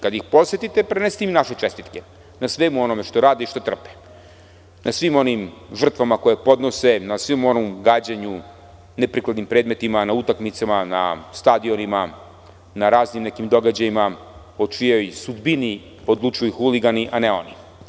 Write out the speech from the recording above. Kada ih posetite, prenesite im naše čestitke, na svemu onome što rade i što trpe, na svim onim žrtvama koje podnose, na gađanju neprikladnim predmetima na utakmicama, na stadionima, na raznim događajima, o čijoj sudbini odlučuju huligani a ne oni.